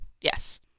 Yes